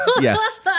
Yes